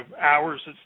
hours